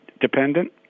dependent